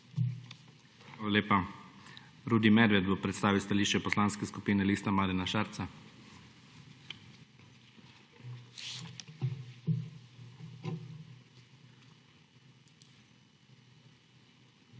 Hvala lepa. Rudi Medved bo predstavil stališče Poslanske skupine Lista Marjana Šarca. RUDI